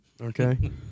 Okay